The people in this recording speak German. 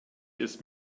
ist